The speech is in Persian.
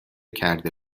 کرده